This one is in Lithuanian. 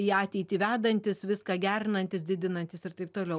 į ateitį vedantys viską gerinantys didinantys ir taip toliau